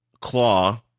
Claw